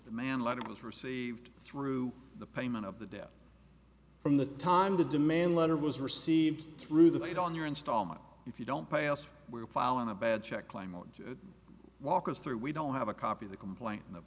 the man letter was received through the payment of the debt from the time the demand letter was received through the date on your instalment if you don't pay us we're filing a bad check claim on walk us through we don't have a copy of the complaint on the